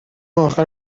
اخر